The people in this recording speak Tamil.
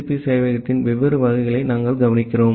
பி சேவையகத்தின் வெவ்வேறு வகைகளை நாங்கள் கவனிக்கிறோம்